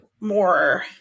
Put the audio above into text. more